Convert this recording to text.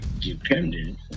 dependent